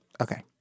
Okay